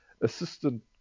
assistant